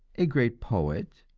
a great poet,